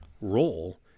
role